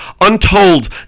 untold